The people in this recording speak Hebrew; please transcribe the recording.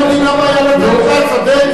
שנה בבית-משפט עד שהוא משכיר את הדירה.